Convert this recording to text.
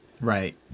right